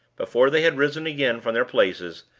before they had risen again from their places,